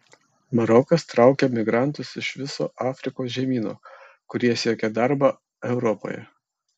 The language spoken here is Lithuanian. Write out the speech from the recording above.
marokas traukia migrantus iš viso afrikos žemyno kurie siekia darbo europoje